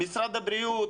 משרד הבריאות,